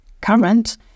current